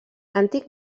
antic